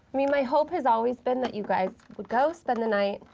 mean, my hope has always been that you guy would go, spend the night,